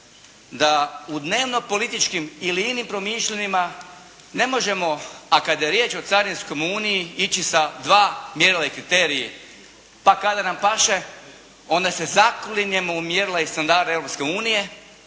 da u dnevnopolitičkim ili inim promišljanjima ne možemo, a kada je riječ o carinskoj Uniji ići sa dva mjerila i kriteriji pa kada nam paše onda se zaklinjemo u mjerila i standard Europske unije,